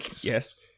Yes